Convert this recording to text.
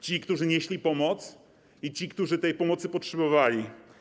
Ci, którzy nieśli pomoc, i ci, którzy tej pomocy potrzebowali.